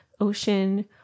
ocean